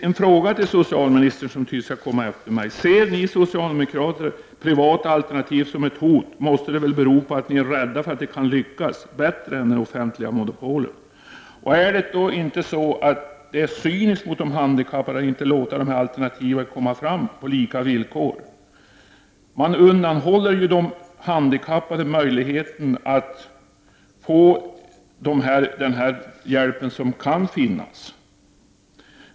En fråga till socialministern, som tydligen skall tala efter mig: Ser ni socialdemokrater privata alternativ som ett hot måste det väl bero på att ni är rädda för att de kan lyckas bättre än det offentliga monopolet. Är det då inte cyniskt mot de handikappade att inte låta de alternativen komma fram på lika villkor? Man undanhåller ju då handikappade möjligheten att få den hjälp som kan finnas.